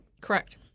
Correct